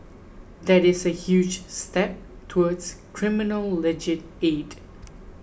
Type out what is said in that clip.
that is a huge step towards criminal legal aid